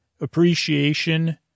appreciation